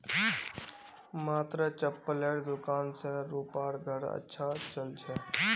मात्र चप्पलेर दुकान स रूपार घर अच्छा चल छ